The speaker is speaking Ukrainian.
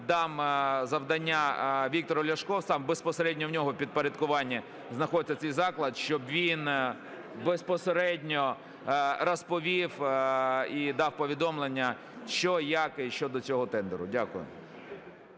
дам завдання Віктору Ляшку, безпосередньо у нього в підпорядкуванні знаходиться цей заклад, щоб він безпосередньо розповів і дав повідомлення, що і як щодо цього тендеру. Дякую.